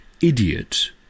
idiot